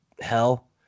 hell